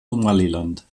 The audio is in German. somaliland